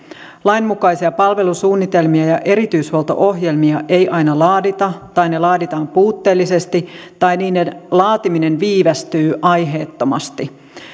lainmukaisia palvelusuunnitelmia ja erityishuolto ohjelmia ei aina laadita tai ne laaditaan puutteellisesti tai niiden laatiminen viivästyy aiheettomasti